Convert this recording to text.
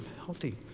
healthy